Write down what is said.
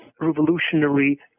revolutionary